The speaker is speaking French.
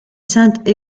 sainte